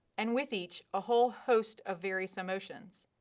and with each a whole host of various emotions.